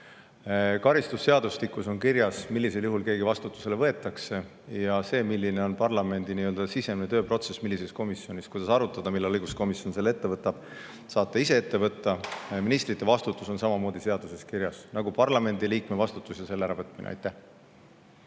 Karistusseadustikus on kirjas, millisel juhul keegi vastutusele võetakse. Selle, milline on parlamendi sisemine tööprotsess, millises komisjonis kuidas arutatakse, millal õiguskomisjon selle [eelnõu arutlusele] võtab, saate ise ette võtta. Ministri vastutus on samamoodi seaduses kirjas nagu parlamendi liikme vastutus ja selle äravõtmine. Aitäh!